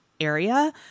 area